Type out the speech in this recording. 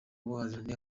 ubuhahirane